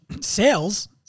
Sales